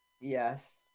Yes